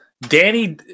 Danny